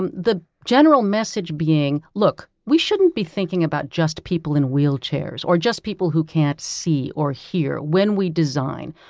um the general message being, look, we shouldn't be thinking about just people in wheelchairs or just people who can't see or hear when we design.